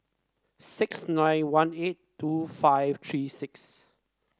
six nine one eight two five three six